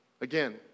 Again